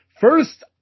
First